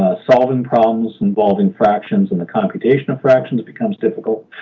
solving problems involving fractions and the computation of fractions becomes difficult.